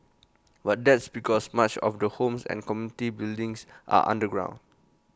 but that's because much of the homes and community buildings are underground